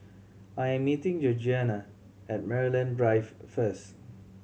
I'm meeting Georgianna at Maryland Drive first